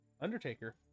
Undertaker